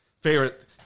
favorite